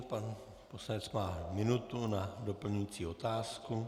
Pan poslanec má minutu na doplňující otázku.